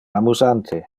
amusante